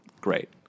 Great